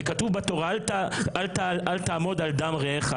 וכתוב בתורה: אל תעמוד על דם רעך.